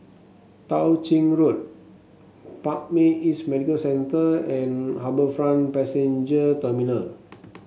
Tao Ching Road Parkway East Medical Centre and HarbourFront Passenger Terminal